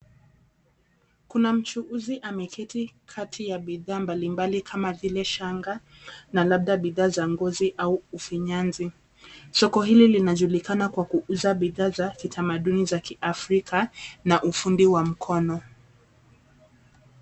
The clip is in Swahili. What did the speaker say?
Kuna mchuuzi ameketi kati ya bidhaa mbalimbali kama vile shanga na labda bidhaa za ngozi au ufinyanzi. Soko hili linajulikana kwa kuuza bidhaa za kitamaduni za Kiafrika na ufundi wa mkono.